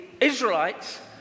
Israelites